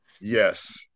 Yes